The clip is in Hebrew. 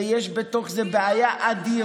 ויש בתוך זה בעיה אדירה.